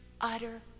utter